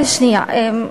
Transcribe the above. כן, שנייה.